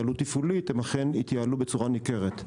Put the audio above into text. תפעולית, הם אכן התייעלו בצורה ניכרת.